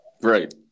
Right